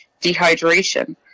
dehydration